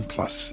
Plus